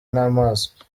n’amaso